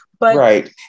Right